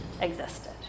existed